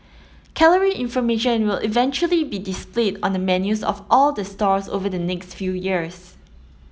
calorie information will eventually be displayed on the menus of all the stalls over the next few years